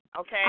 Okay